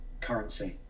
currency